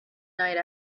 night